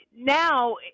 Now